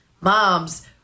moms